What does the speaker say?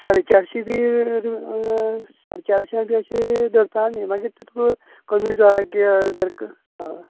साडे चारशीं बी ती साडेचारशांचेर बी आमी धरता आमी मागीर पळय कमी जाय किदें जाय तें हय